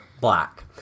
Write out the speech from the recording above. black